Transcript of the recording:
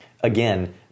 Again